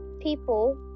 people